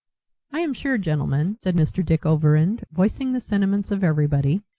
i am sure, gentlemen, said mr. dick overend, voicing the sentiments of everybody,